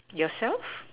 yourself